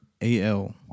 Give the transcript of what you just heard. AL